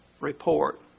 report